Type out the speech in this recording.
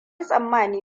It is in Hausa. tsammani